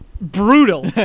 Brutal